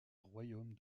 royaume